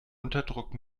unterdruck